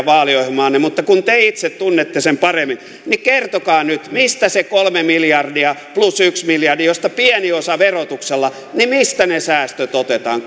vaaliohjelmaanne mutta kun te itse tunnette sen paremmin niin kertokaa nyt mistä se kolme miljardia plus yksi miljardi josta pieni osa verotuksella mistä ne säästöt otetaan